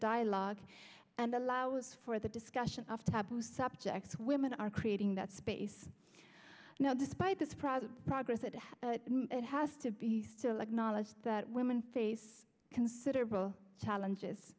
dialogue and allows for the discussion of taboo subjects women are creating that space now despite this problem progress it has and has to be still acknowledged that women face considerable challenges